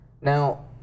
Now